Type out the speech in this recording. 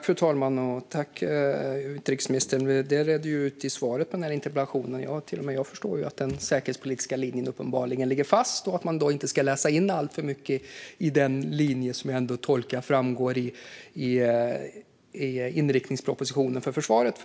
Fru talman! Tack, utrikesministern! Det ledde ju till svaret på interpellationen. Till och med jag förstår ju att den säkerhetspolitiska linjen uppenbarligen ligger fast och att man då inte ska läsa in alltför mycket i den linje som jag ändå tolkar framgår i inriktningspropositionen för försvaret.